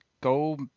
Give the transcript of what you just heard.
go